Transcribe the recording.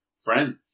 friend